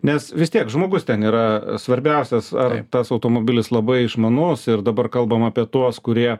nes vis tiek žmogus ten yra svarbiausias ar tas automobilis labai išmanus ir dabar kalbam apie tuos kurie